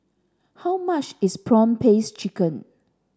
how much is prawn paste chicken